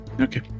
Okay